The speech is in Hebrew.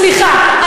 סליחה,